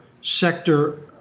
sector